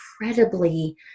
incredibly